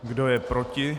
Kdo je proti?